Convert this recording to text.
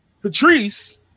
Patrice